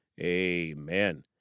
amen